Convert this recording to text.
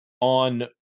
on